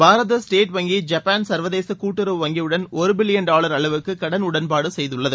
பாரத state வங்கி Japan சர்வதேசகூட்டுறவு வங்கியுடன் ஒருபில்லியன் டாவர் அளவுக்குகடன் உடன்பாடுசெய்துள்ளது